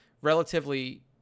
relatively